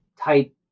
type